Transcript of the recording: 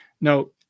Now